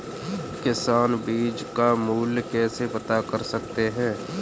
किसान बीज का मूल्य कैसे पता कर सकते हैं?